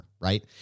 Right